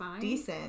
decent